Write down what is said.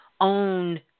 own